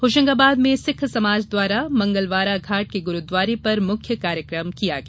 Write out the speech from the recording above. होशंगाबाद में सिक्ख समाज द्वारा मंगलवारा घांट के गुरूद्वारे पर मुख्य कार्यक्रम किया गया